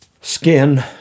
skin